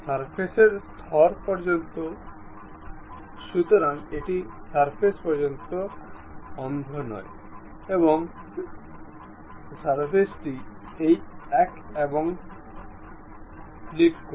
সারফেসের স্তর পর্যন্ত সুতরাং এটি সারফেস পর্যন্ত অন্ধ নয় এবং সারফেসটি এই এক এবং ক্লিক করে